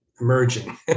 Emerging